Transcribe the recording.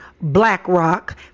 BlackRock